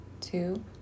two